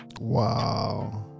Wow